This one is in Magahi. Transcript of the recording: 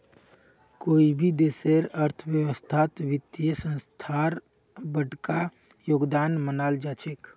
कोई भी देशेर अर्थव्यवस्थात वित्तीय संस्थार बडका योगदान मानाल जा छेक